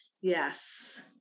Yes